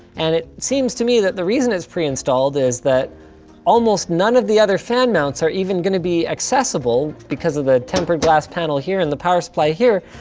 and it seems to me that the reason it's preinstalled is that almost none of the other fan mounts are even gonna be accessible because of the tempered glass panel here and the power supply here,